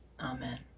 Amen